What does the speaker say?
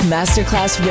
Masterclass